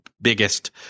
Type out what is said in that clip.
biggest